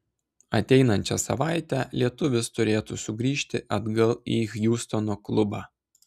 ateinančią savaitę lietuvis turėtų sugrįžti atgal į hjustono klubą